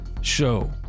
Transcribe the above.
show